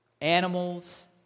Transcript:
animals